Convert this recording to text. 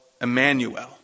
Emmanuel